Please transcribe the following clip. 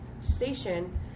station